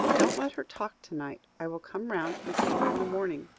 don't let her talk to-night. i will come round and see her in the morning.